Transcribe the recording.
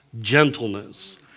gentleness